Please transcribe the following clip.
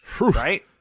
right